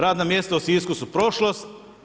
Radna mjesta u Sisku su prošlost.